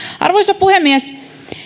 arvoisa puhemies